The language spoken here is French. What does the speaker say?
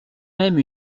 même